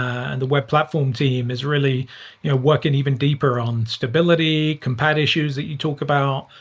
and the web platform team is really yeah working even deeper on stability, compat issues that you talk about,